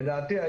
לדעתי,